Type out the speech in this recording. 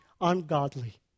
ungodly